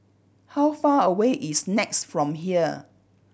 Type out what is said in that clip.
how far away is NEX from here